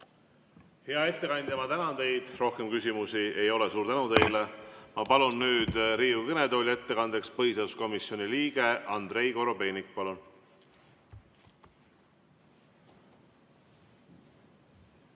Hea ettekandja, ma tänan teid! Rohkem küsimusi ei ole. Suur tänu teile! Ma palun nüüd Riigikogu kõnetooli ettekandeks põhiseaduskomisjoni liikme Andrei Korobeiniku.